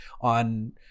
on